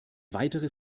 weitere